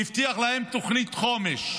והבטיח להם תוכנית חומש,